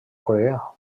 corea